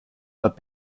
but